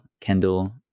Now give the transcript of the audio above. Kendall